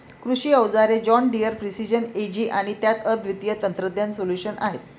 कृषी अवजारे John Deere precision Ag आणि त्यात अद्वितीय तंत्रज्ञान सोल्यूशन्स आहेत